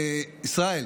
ישראל,